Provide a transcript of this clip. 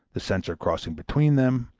the censor crossing between them,